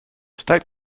state